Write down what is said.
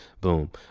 Boom